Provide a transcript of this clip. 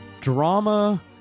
drama